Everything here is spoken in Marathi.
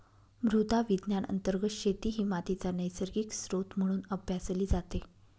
मृदा विज्ञान अंतर्गत शेती ही मातीचा नैसर्गिक स्त्रोत म्हणून अभ्यासली जाते